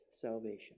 salvation